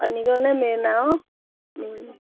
পানীকণেই main আৰু